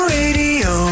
radio